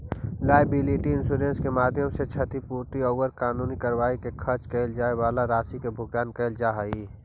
liability insurance के माध्यम से क्षतिपूर्ति औउर कानूनी कार्रवाई में खर्च कैइल जाए वाला राशि के भुगतान कैइल जा हई